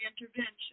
intervention